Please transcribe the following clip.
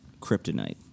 kryptonite